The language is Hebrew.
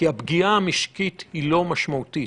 כי הפגיעה המשקית היא לא משמעותית,